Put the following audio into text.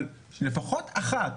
אבל לפחות אשה אחת,